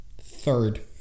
Third